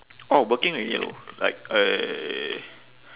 orh working already loh like I